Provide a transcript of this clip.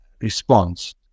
response